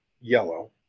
yellow